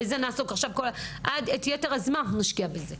בזה נעסוק, ואת יתר הזמן אנחנו נשקיע בזה.